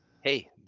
Hey